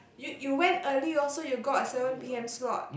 you you went early also you got a seven p_m slot